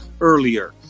earlier